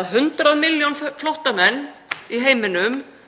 að 100 milljón flóttamenn í heiminum